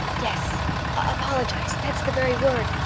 yes apologize that's the very word,